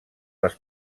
les